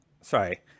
Sorry